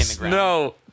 no